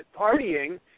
partying